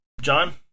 John